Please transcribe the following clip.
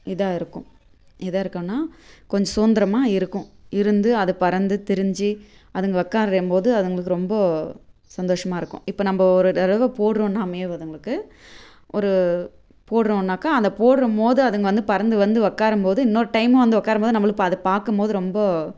இதாக இருக்கும் எதாக இருக்கும்னா கொஞ்சம் சுதந்திரமா இருக்கும் இருந்து அது பறந்து திரிஞ்சு அதுங்க உக்கார்றேம் போது அதுங்களுக்கு ரொம்ப சந்தோஷமாக இருக்கும் இப்போ நம்ம ஒரு தடவை போடுறோம்னாமே வ அதுகளுக்கு ஒரு போடுறோம்னாக்கா அந்த போடுறம் போது அதுங்க வந்து பறந்து வந்து உக்காரும் போது இன்னொரு டைமும் வந்து உக்காரும் போது நம்மளுக்கு அதை பார்க்கும் போது ரொம்ப